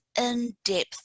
in-depth